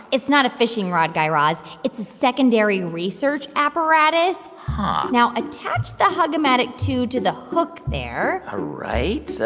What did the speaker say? it's not a fishing rod, guy raz. it's a secondary research apparatus. now attach the hug-o-matic two to the hook there ah right. so